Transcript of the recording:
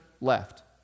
left